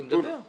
אני מדבר על זה.